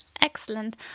Excellent